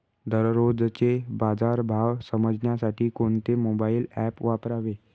दररोजचे बाजार भाव समजण्यासाठी कोणते मोबाईल ॲप वापरावे?